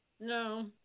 no